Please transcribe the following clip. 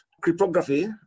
Cryptography